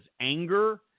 anger